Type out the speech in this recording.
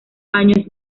año